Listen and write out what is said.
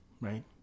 right